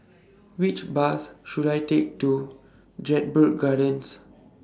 Which Bus should I Take to Jedburgh Gardens